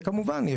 וכמובן,